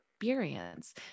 experience